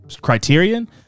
criterion